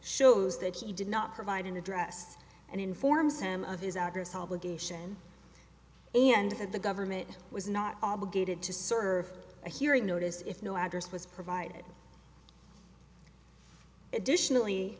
shows that he did not provide an address and informs him of his address obligation and that the government was not obligated to serve a hearing notice if no address was provided additionally